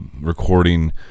recording